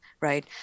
right